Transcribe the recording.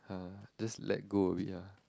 !huh! just let go of it ah